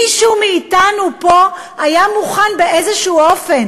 מישהו מאתנו פה היה מוכן באיזשהו אופן